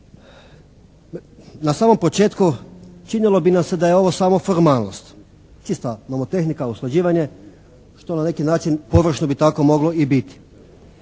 Na samom početku činilo bi nam se da je ovo samo formalnost, čista nomotehnika, usklađivanje što na neki način površno bi tako moglo i biti.